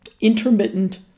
intermittent